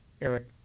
Eric